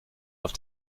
auf